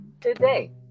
today